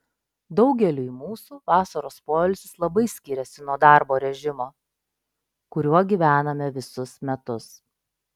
daugeliui mūsų vasaros poilsis labai skiriasi nuo darbo režimo kuriuo gyvename visus metus